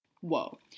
Whoa